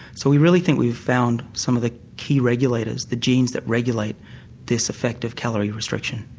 so we really think we've found some of the key regulators, the genes that regulate this effective calorie restriction.